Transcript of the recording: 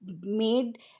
made